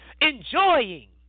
enjoying